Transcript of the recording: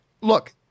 look